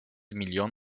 milyon